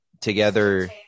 Together